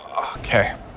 Okay